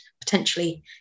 potentially